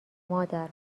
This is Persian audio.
مادر